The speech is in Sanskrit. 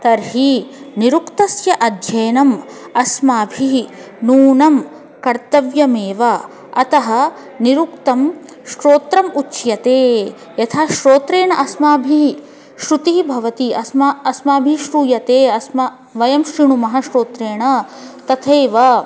तर्हि निरुक्तस्य अध्ययनम् अस्माभिः नूनं कर्तव्यमेव अतः निरुक्तं श्रोत्रम् उच्यते यतः श्रोत्रेण अस्माभिः श्रुतिः भवति अस्मै अस्माबिः श्रूयते अस्मात् वयं शृणुमः श्रोत्रेण तथैव